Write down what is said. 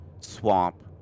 swamp